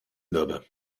mürbe